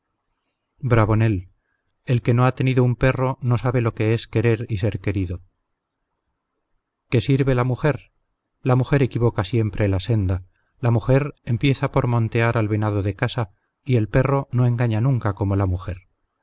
pasión bravonel el que no ha tenido un perro no sabe lo que es querer y ser querido que sirve la mujer la mujer equivoca siempre la senda la mujer empieza por montear al venado de casa y el perro no engaña nunca como la mujer